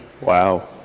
Wow